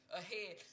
ahead